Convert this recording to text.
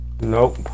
nope